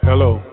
Hello